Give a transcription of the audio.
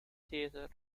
theater